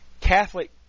Catholic